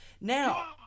Now